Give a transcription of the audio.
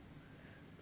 orh